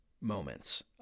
moments